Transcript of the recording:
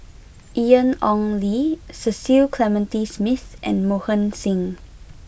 Ian Ong Li Cecil Clementi Smith and Mohan Singh